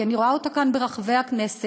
כי אני רואה אותה כאן ברחבי הכנסת,